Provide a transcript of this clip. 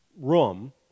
room